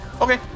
Okay